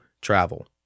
travel